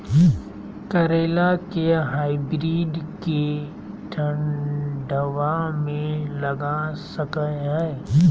करेला के हाइब्रिड के ठंडवा मे लगा सकय हैय?